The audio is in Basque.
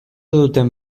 duten